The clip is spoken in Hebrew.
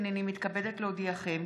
הינני מתכבדת להודיעכם,